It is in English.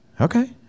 Okay